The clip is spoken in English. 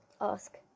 Ask